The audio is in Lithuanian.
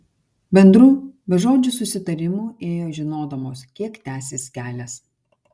bendru bežodžiu susitarimu ėjo žinodamos kiek tęsis kelias